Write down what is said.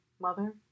mother